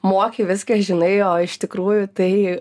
moki viską žinai o iš tikrųjų tai